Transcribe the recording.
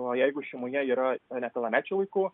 o jeigu šeimoje yra nepilnamečių vaikų